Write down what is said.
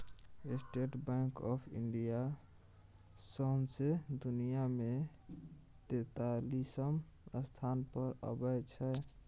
state Bank of India सौंसे दुनियाँ मे तेतालीसम स्थान पर अबै छै